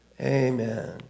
Amen